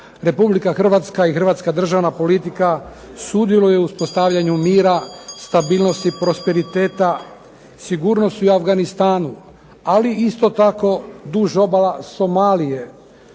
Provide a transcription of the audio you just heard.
Republika Hrvatska i hrvatska državna politika sudjeluje u uspostavljanju mira, stabilnosti, prosperiteta sigurnosti u Afganistanu, ali isto tako i duž obala Somalije